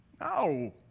No